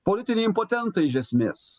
politiniai impotentai iš esmės